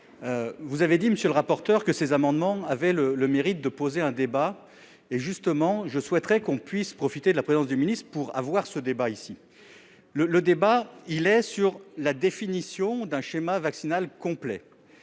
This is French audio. Vous avez dit, monsieur le rapporteur, que ces amendements avaient le mérite de poser un débat. Justement, je souhaiterais profiter de la présence du ministre de la santé pour avoir ce débat. Il s'agit de la définition du schéma vaccinal complet.